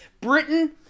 Britain